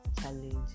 challenge